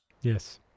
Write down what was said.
Yes